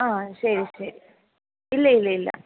ആ ശരി ശരി ഇല്ല ഇല്ല ഇല്ല